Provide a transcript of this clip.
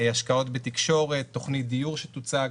השקעות בתקשורת, תוכנית דיור שתוצג.